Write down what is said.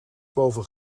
boven